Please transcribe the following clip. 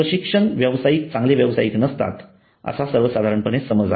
प्रशिक्षण व्यावसायिक चांगले व्यवसायिक नसतात असा सर्वसाधारण समज आहे